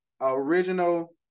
original